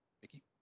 Vicky